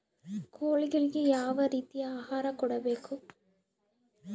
ಕೋಳಿಗಳಿಗೆ ಯಾವ ರೇತಿಯ ಆಹಾರ ಕೊಡಬೇಕು?